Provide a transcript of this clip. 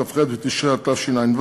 כ"ח בתשרי התשע"ו,